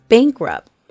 Bankrupt